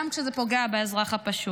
גם כשזה פוגע באזרח הפשוט.